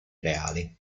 reali